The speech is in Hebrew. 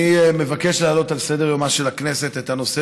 אני מבקש להעלות על סדר-יומה של הכנסת את הנושא